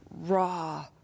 raw